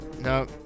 no